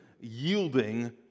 yielding